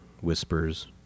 whispers